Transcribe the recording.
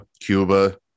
cuba